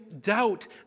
doubt